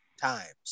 times